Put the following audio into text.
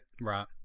Right